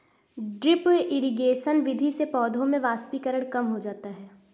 drip irrigation विधि से पौधों में वाष्पीकरण कम हो जाता है